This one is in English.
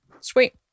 sweet